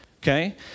Okay